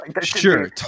Sure